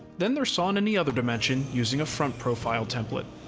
then they're sawn in the other dimension using a front profile template.